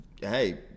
hey